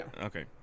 Okay